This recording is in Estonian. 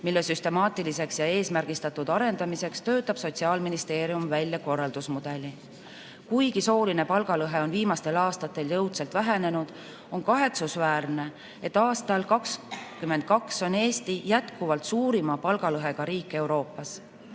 mille süstemaatiliseks ja eesmärgistatud arendamiseks töötab Sotsiaalministeerium välja korraldusmudeli. Kuigi sooline palgalõhe on viimastel aastatel jõudsalt vähenenud, on kahetsusväärne, et aastal 2022 on Eesti jätkuvalt suurima palgalõhega riik Euroopas.